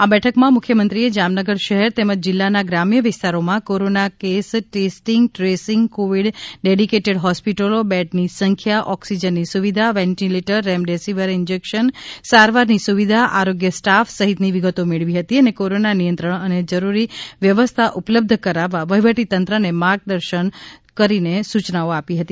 આ બેઠકમાં મુખ્યમંત્રીએ જામનગર શહેર તેમજ જિલ્લાના ગ્રામ્ય વિસ્તારોમાં corona case testing tracing covid dedicated હોસ્પિટલો બેડની સંખ્યા ઓકિસજનની સુવિધા વેન્ટીલેટરરેમડેસિવિર ઈન્જેકશન સારવારની સુવિધા આરોગ્ય સ્ટાફ સહિતની વિગતો મેળવી હતી અને કોરોના નિયંત્રણ અને જરૂરી વ્યવસ્થા ઉપલબ્ધ કરાવવા વહીવટી તંત્રને માર્ગદર્શન કરીને સૂચનાઓ આપી હતી